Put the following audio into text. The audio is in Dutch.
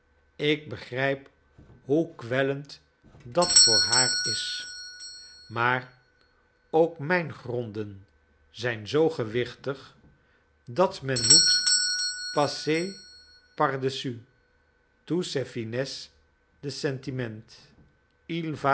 ik begrijp hoe kwellend dat voor haar is maar ook mijn gronden zijn zoo gewichtig dat men moet passer par dessus toutes ces finesses de sentiment